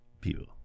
People